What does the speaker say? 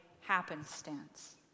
happenstance